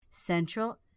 Central